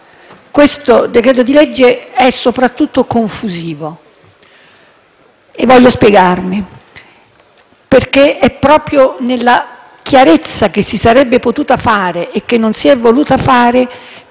cui stiamo discutendo è soprattutto confusivo e voglio spiegarmi, perché è proprio dalla chiarezza che si sarebbe potuta fare e che invece non si è voluta fare